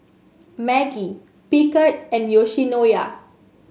Maggi Picard and Yoshinoya